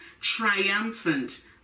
triumphant